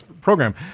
program